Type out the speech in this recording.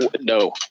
No